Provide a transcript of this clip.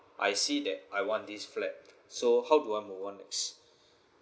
I see that I want this flat so how do I move on next